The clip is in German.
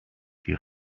die